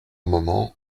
moments